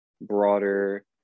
broader